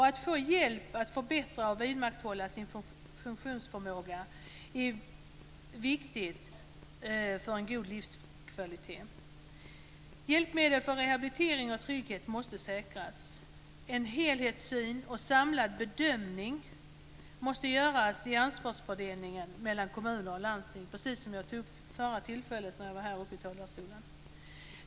Att få hjälp att förbättra och vidmakthålla sin funktionsförmåga är viktigt för att man ska ha en god livskvalitet. Hjälpmedel för rehabilitering och trygghet måste säkras. Det måste finnas en helhetssyn, och det måste göras en samlad bedömning vad gäller ansvarsfördelningen mellan kommuner och landsting, precis som jag tog upp vid förra tillfället jag var uppe i talarstolen.